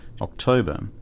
October